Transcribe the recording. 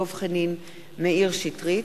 דב חנין ומאיר שטרית,